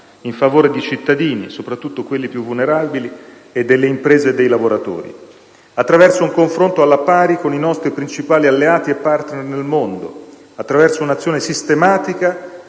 in favore dei cittadini, soprattutto di quelli più vulnerabili, delle imprese e dei lavoratori; attraverso un confronto alla pari con i nostri principali alleati e *partner* nel mondo; attraverso un'azione sistematica